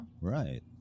right